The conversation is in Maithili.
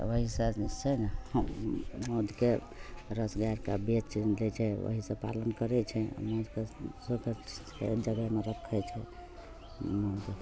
ओहिसँ जे छै ने मधके रस गाड़ि कऽ बेच लै छै ओहिसँ पालन करैत छै मधके स्वच्छ जगहमे रखैत छै